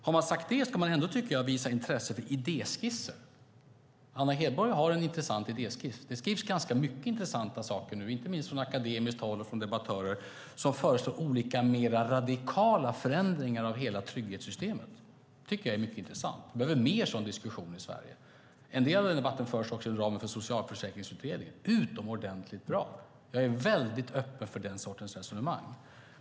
Har man sagt det ska man ändå, tycker jag, visa intresse för idéskissen. Anna Hedborg har en intressant idéskiss. Det skrivs ganska mycket intressanta saker nu, inte minst från akademiskt håll och från debattörer som föreslår olika mer radikala förändringar av hela trygghetssystemet. Det tycker jag är mycket intressant. Vi behöver mer sådan diskussion i Sverige. En del av den debatten förs också inom ramen för Socialförsäkringsutredningen. Det är utomordentligt bra. Jag är väldigt öppen för den sortens resonemang.